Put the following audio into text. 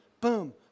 boom